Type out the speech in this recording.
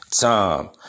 time